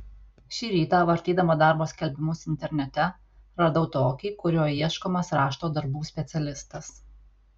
šį rytą vartydama darbo skelbimus internete radau tokį kuriuo ieškomas rašto darbų specialistas